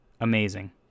amazing